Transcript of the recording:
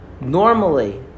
Normally